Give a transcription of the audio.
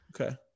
Okay